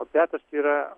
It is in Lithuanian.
opiatas tai yra